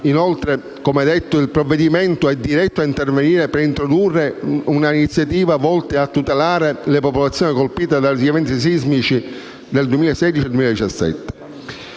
inoltre - come detto - il provvedimento è diretto a intervenire per introdurre nuove iniziative volte a tutelare le popolazioni colpite dagli eventi sismici degli anni 2016